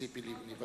ציפי לבני.